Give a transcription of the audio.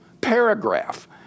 paragraph